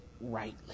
rightly